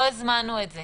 לא הזמנו את זה